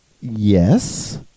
yes